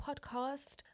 podcast